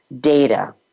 data